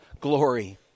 Glory